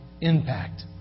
impact